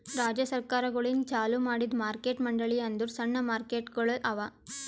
ರಾಜ್ಯ ಸರ್ಕಾರಗೊಳಿಂದ್ ಚಾಲೂ ಮಾಡಿದ್ದು ಮಾರ್ಕೆಟ್ ಮಂಡಳಿ ಅಂದುರ್ ಸಣ್ಣ ಮಾರುಕಟ್ಟೆಗೊಳ್ ಅವಾ